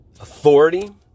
authority